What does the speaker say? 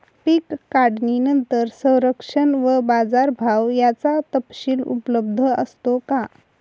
पीक काढणीनंतर संरक्षण व बाजारभाव याचा तपशील उपलब्ध असतो का?